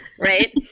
right